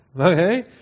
Okay